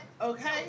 Okay